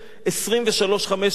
23:15,